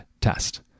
test